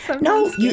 No